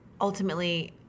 ultimately